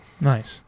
nice